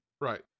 Right